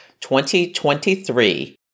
2023